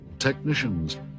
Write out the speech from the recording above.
technicians